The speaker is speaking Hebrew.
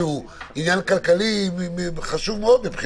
שזה עניין כלכלי חשוב מאוד.